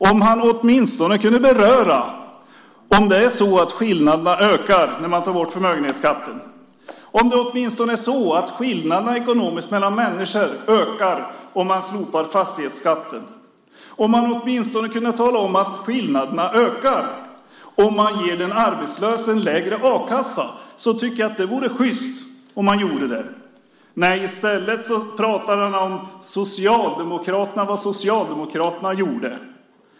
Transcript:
Om han åtminstone kunde beröra om skillnaderna ökar när man tar bort förmögenhetsskatten, om skillnaderna ekonomiskt mellan människor ökar om man slopar fastighetsskatten. Det vore sjyst om han åtminstone kunde tala om att skillnaderna ökar om man ger den arbetslöse lägre a-kassa. I stället pratar han om vad Socialdemokraterna gjorde.